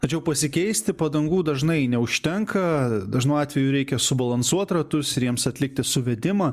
tačiau pasikeisti padangų dažnai neužtenka dažnu atveju reikia subalansuot ratus ir jiems atlikti suvedimą